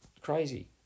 crazy